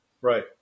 Right